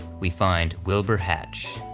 we find wilbur hatch.